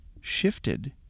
shifted